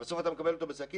ובסוף אתה מקבל אותו בשקית.